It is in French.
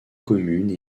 communes